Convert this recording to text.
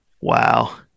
Wow